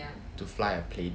to fly a plane